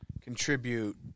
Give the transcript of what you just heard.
contribute